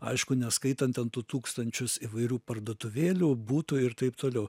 aišku neskaitant ten tų tūkstančius įvairių parduotuvėlių butų ir taip toliau